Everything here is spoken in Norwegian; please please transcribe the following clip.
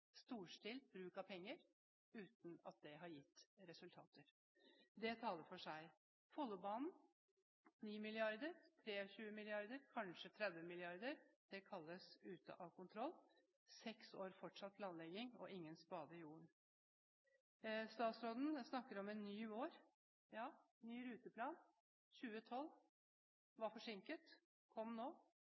storstilt bruk av penger uten at det har gitt resultater. Det taler for seg. Follobanen: 9 mrd. kr, 23 mrd. kr, kanskje 30 mrd. kr – det kalles ute av kontroll. Etter seks år er det fortsatt planlegging og ingen spade i jorden. Statsråden snakker om en ny vår. Ja, ny ruteplan for 2012 var forsinket og kom nå.